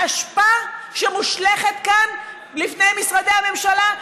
האשפה שמושלכת כאן לפני משרדי הממשלה,